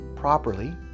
properly